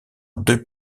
deux